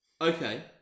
Okay